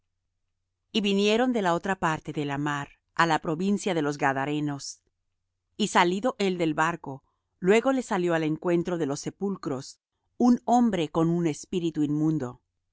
y vinieron de la otra parte de la mar á la provincia de los gadarenos y salido él del barco luego le salió al encuentro de los sepulcros un hombre con un espíritu inmundo